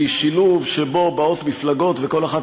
היא שילוב שבו באות מפלגות וכל אחת